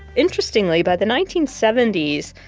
interestingly, by the nineteen seventy s,